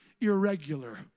irregular